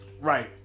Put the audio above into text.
Right